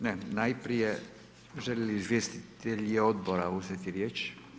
Ne, najprije, žele li izvjestitelji odbora uzeti riječ?